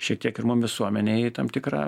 šiek tiek ir mum visuomenei tam tikrą